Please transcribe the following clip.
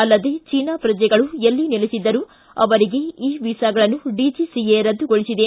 ಅಲ್ಲದೇ ಜೀನಾ ಪ್ರಜೆಗಳು ಎಲ್ಲೆ ನೆಲೆಸಿದ್ದರೂ ಅವರಿಗೆ ಇ ವೀಸಾಗಳನ್ನು ಡಿಜಿಸಿಎ ರದ್ದುಗೊಳಿಸಿದೆ